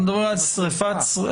אנחנו מדברים על שריפה בלבד.